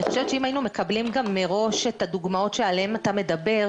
אני חושבת שאם היינו מקבלים מראש את הדוגמאות שעליהם אתה מדבר,